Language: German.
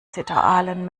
zitteraalen